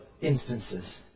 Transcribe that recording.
instances